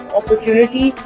opportunity